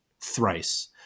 thrice